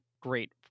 great